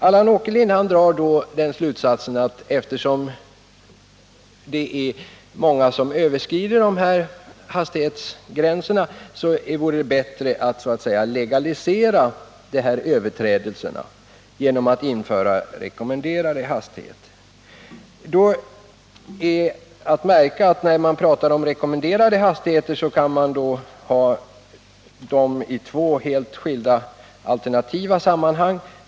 Eftersom många överskrider hastighetsgränserna, drar Allan Åkerlind slutsatsen att det vore bättre att så att säga legalisera överträdelserna genom att införa rekommenderade hastigheter. När det gäller rekommenderade hastigheter finns det två alternativ.